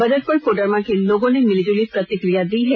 budget पर कोडरमा के लोगों ने मिलीजुली प्रतिक्रिया दी है